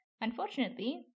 Unfortunately